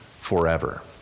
forever